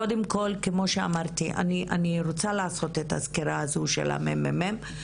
קודם כל כמו שאמרתי אני רוצה לעשות את הסקירה הזו של הממ"מ.